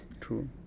True